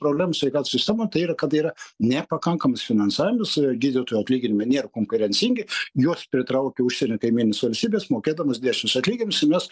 problems sveikatos sistemoj tai yra kad yra nepakankamas finansavimas gydytojų atlyginimai nėr konkurencingi juos pritraukia užsienio kaimynės valstybės mokėdamos didesnius atlyginimus ir mes